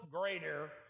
greater